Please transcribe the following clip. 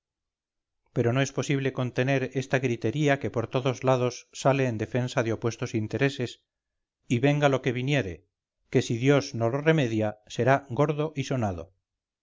pero no es posible contener esta gritería que por todos lados sale en defensa de opuestos intereses y venga lo que viniere que si dios no lo remedia será gordo y sonado